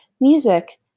Music